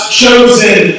chosen